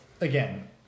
again